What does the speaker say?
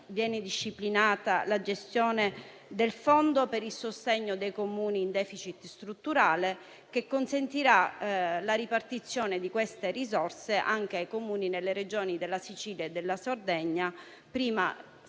viene disciplinata la gestione del fondo per il sostegno dei Comuni in *deficit* strutturale, che consentirà la ripartizione delle risorse anche ai Comuni nelle Regioni Sicilia e Sardegna, che prima erano state